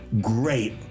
great